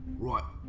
right,